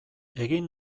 egin